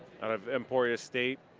out of emporia state,